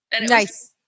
Nice